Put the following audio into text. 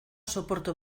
soporto